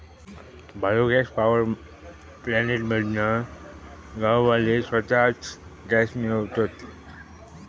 bio gas power plant मधना गाववाले स्वताच गॅस मिळवतत